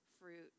fruit